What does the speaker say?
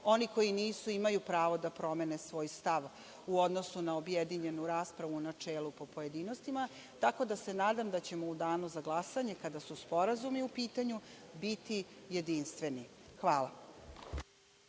Oni koji nisu imaju pravo da promene svoje stav u odnosu na objedinjenu raspravu u načelu, po pojedinostima. Nadam se da ćemo u danu za glasanje, kada su sporazumi u pitanju, biti jedinstveni. Hvala.